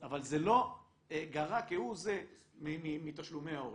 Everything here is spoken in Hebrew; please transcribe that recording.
אבל זה לא גרע כהוא זה מתשלומי ההורים.